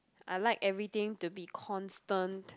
I like everything to be constant